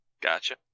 Gotcha